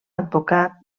advocat